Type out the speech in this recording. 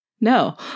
no